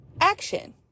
action